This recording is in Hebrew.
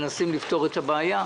היינו מנסים לפתור את הבעיה.